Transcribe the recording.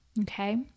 Okay